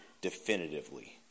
definitively